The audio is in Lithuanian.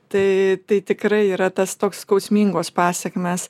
tai tai tikrai yra tas toks skausmingos pasekmės